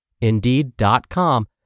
Indeed.com